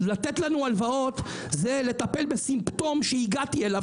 לתת לנו הלוואות זה לטפל בסימפטום שהגעתי אליו.